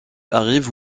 arrive